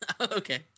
Okay